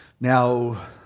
Now